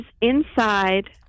inside